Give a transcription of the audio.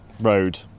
road